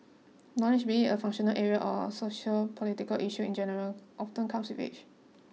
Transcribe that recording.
knowledge be a functional area or sociopolitical issues in general often comes with age